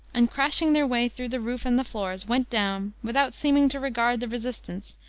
and, crashing their way through the roof and the floors, went down, without seeming to regard the resistance,